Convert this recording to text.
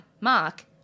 Mark